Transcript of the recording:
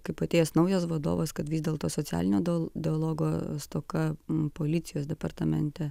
kaip atėjęs naujas vadovas kad vis dėlto socialinio dialogo stoka policijos departamente